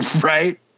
Right